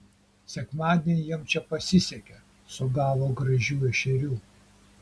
sekmadienį jam čia pasisekė sugavo gražių ešerių